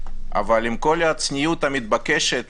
אבל עם כל הצניעות המתבקשת